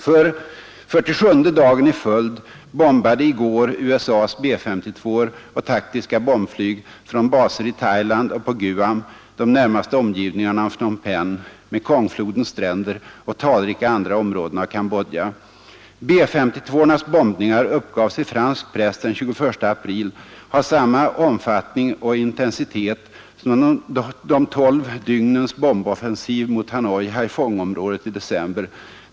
För 47:e dagen i följd bombade i går USA:s B-5S2:or och taktiska bombflyg från baser i Thailand och på Guam de närmaste omgivningarna av Phnom Penh, Mekongflodens stränder och talrika andra områden av Cambodja. B-52:ornas bombningar uppgavs i fransk press den 21 april ha samma omfattning och intensitet som de tolv dygnens bomboffensiv mot Hanoi-Haiphongområdet i december.